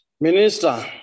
Minister